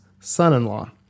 son-in-law